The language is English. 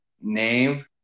name